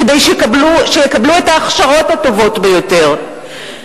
כדי שיקבלו את ההכשרות הטובות ביותר.